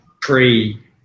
pre